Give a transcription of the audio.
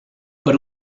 per